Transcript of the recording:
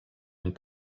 amb